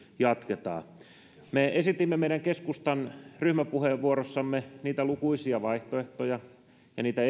jatketaan me esitimme meidän keskustan ryhmäpuheenvuorossa niitä lukuisia vaihtoehtoja ja niitä